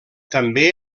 també